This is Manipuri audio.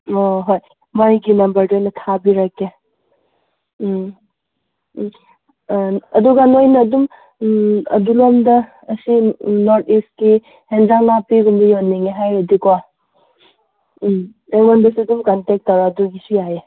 ꯑꯣ ꯍꯣꯏ ꯃꯥꯒꯤ ꯅꯝꯕꯔꯗꯨ ꯑꯩꯅ ꯊꯥꯕꯤꯔꯛꯀꯦ ꯎꯝ ꯎꯝ ꯑꯥ ꯑꯗꯨꯒ ꯅꯣꯏꯅ ꯑꯗꯨꯝ ꯎꯝ ꯑꯗꯨ ꯂꯣꯝꯗ ꯑꯁꯤ ꯅꯣꯔꯠ ꯏꯁꯀꯤ ꯑꯦꯟꯁꯥꯡ ꯅꯥꯄꯤꯒꯨꯝꯕ ꯌꯣꯟꯅꯤꯡꯉꯦ ꯍꯥꯏꯔꯗꯤꯀꯣ ꯎꯝ ꯑꯩꯉꯣꯟꯗꯁꯨ ꯑꯗꯨꯝ ꯀꯟꯇꯦꯛ ꯇꯧꯔꯥ ꯑꯗꯨꯒꯤꯁꯨ ꯌꯥꯏꯌꯦ